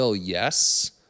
Yes